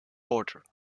border